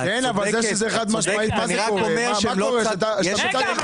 אני רק אומר שהן לא צד --- רגע,